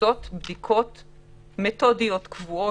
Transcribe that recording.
עושות בדיקות מתודיות, קבועות